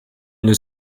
une